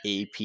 AP